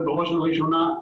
בראש ובראשונה,